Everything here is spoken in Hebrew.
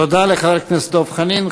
תודה לחבר הכנסת דב חנין.